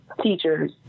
teachers